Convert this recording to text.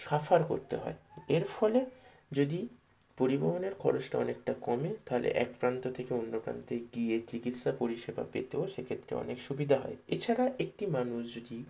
suffer করতে হয় এর ফলে যদি পরিবহনের খরচটা অনেকটা কমে তাহলে এক প্রান্ত থেকে অন্য প্রান্তে গিয়ে চিকিৎসা পরিষেবা পেতেও সে ক্ষেত্রে অনেক সুবিধা হয় এছাড়া একটি মানুষ যদি